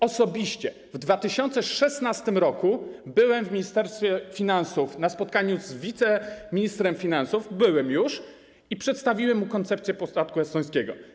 Osobiście w 2016 r. byłem już w Ministerstwie Finansów na spotkaniu z wiceministrem finansów i przedstawiłem mu koncepcję podatku estońskiego.